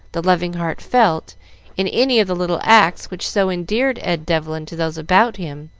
the loving heart felt in any of the little acts which so endeared ed devlin to those about him,